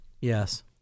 Yes